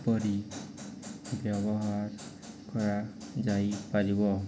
ପରି ବ୍ୟବହାର କରାଯାଇପାରିବ